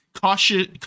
cautious